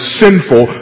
sinful